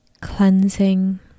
cleansing